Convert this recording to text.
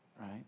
right